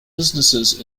businesses